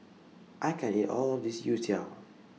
I can't eat All of This Youtiao